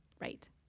Right